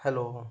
hello